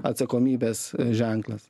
atsakomybės ženklas